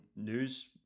news